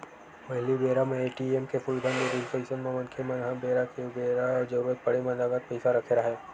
पहिली बेरा म ए.टी.एम के सुबिधा नइ रिहिस अइसन म मनखे मन ह बेरा के उबेरा जरुरत पड़े म नगद पइसा रखे राहय